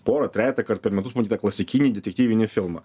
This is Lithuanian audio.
pora trejeta kart per metus matyt tą klasikinį detektyvinį filmą